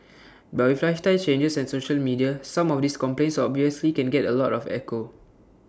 but with lifestyle changes and social media some of these complaints obviously can get A lot of echo